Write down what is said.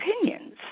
opinions